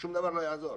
שום דבר לא יעזור.